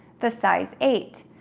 the size eight.